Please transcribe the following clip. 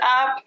up